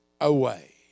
away